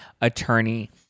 attorney